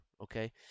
okay